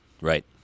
Right